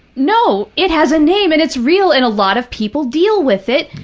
no. it has a name and it's real and a lot of people deal with it,